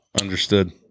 Understood